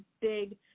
big